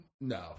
No